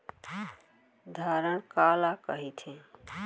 धरण काला कहिथे?